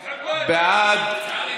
בעד,